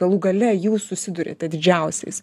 galų gale jūs susiduriate didžiausiais